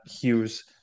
Hughes